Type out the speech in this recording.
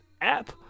App